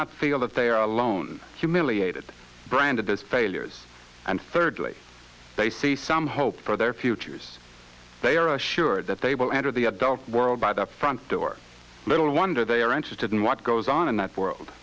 not feel that they are alone humiliated brand of those failures and thirdly they see some hope for their futures they are assured that they will enter the adult world by the front door little wonder they are interested in what goes on in that world